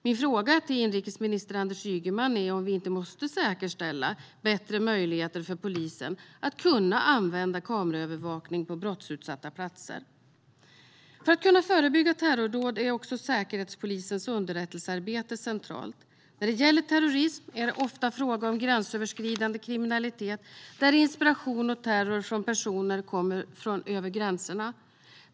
Min fråga till inrikesminister Anders Ygeman är om vi inte måste säkerställa bättre möjligheter för polisen att kunna använda kameraövervakning på brottsutsatta platser. För att kunna förebygga terrordåd är också säkerhetspolisens underrättelsearbete centralt. När det gäller terrorism är det ofta fråga om gränsöverskridande kriminalitet där inspiration och terror kommer från personer och grupper över gränserna.